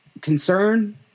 Concern